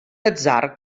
atzar